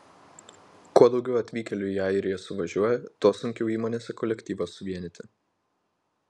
kuo daugiau atvykėlių į airiją suvažiuoja tuo sunkiau įmonėse kolektyvą suvienyti